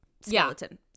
skeleton